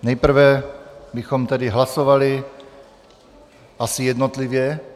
Nejprve bychom tedy hlasovali asi jednotlivě.